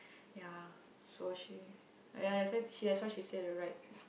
ya so she ya lah that's why she she said the right